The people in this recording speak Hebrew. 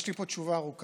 יש לי פה תשובה ארוכה,